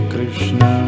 Krishna